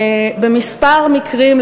בכמה מקרים,